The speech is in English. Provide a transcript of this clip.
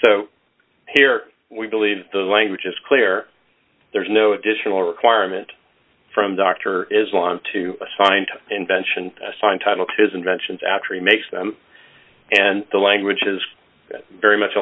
so here we believe the language is clear there's no additional requirement from doctor is one to assign to invention a sign title to his inventions after he makes them and the language is very much